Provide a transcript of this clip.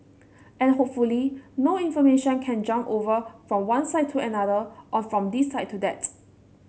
and hopefully no information can jump over from one side to another or from this side to that